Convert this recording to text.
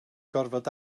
gorfod